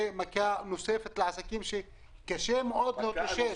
זו תהיה מכה נוספת לעסקים שקשה להם מאוד להתאושש.